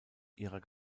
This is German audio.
ihrer